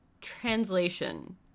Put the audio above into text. translation